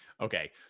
Okay